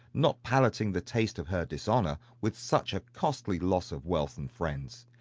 not palating the taste of her dishonour, with such a costly loss of wealth and friends.